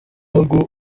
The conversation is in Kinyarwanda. ngo